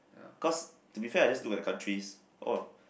cause to be fair I just to the country or